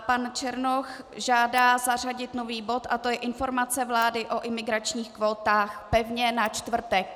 Pan Černoch žádá zařadit nový bod a to je Informace vlády o imigračních kvótách, pevně na čtvrtek.